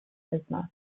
business